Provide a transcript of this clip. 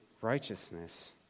righteousness